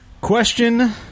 Question